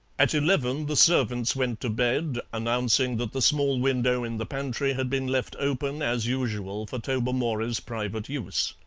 at eleven the servants went to bed, announcing that the small window in the pantry had been left open as usual for tobermory's private use.